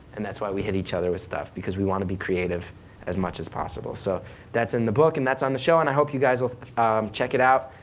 and that's why we hit each other with stuff because we want to be creative as much as possible so that's in the book, and that's on the show. and i hope you guys will check it out,